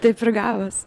taip ir gavos